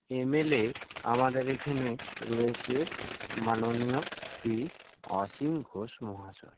MLA আমাদের এখানে রয়েছে মাননীয় শ্রী অসীম ঘোষ মহাশয়